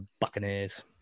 Buccaneers